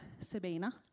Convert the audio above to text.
Sabina